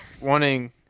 wanting